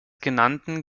genannten